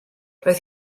roedd